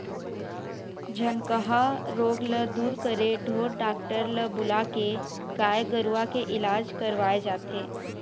झनकहा रोग ल दूर करे ढोर डॉक्टर ल बुलाके गाय गरुवा के इलाज करवाय जाथे